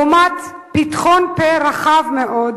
לעומת פתחון פה רחב מאוד